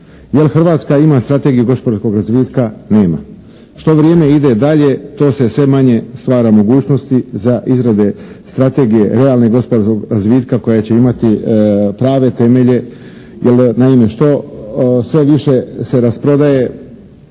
Jer Hrvatska ima strategiju gospodarskog razvitka? Nema. Što vrijeme ide dalje to se sve manje stvara mogućnosti za izrade strategije realne gospodarskog razvitka koja će imati prave temelje, jer naime što sve više se rasprodaje